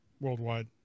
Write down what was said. worldwide